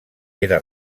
era